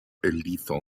lethal